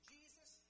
Jesus